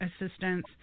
assistance